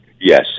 Yes